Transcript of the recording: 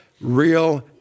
real